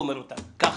וגומר את זה ככה.